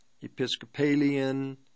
Episcopalian